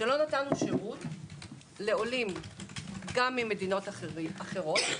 שלא נתנו שירות לעולים גם ממדינות אחרות,